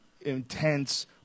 intense